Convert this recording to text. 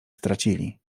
stracili